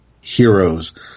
heroes